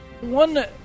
One